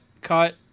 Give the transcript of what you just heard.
cut